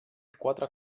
quatre